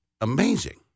amazing